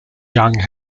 young